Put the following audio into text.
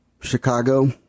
Chicago